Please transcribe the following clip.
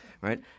right